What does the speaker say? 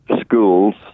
schools